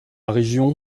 région